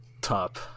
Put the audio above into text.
top